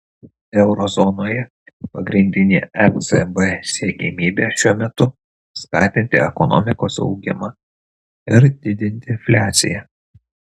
euro zonoje pagrindinė ecb siekiamybė šiuo metu skatinti ekonomikos augimą ir didinti infliaciją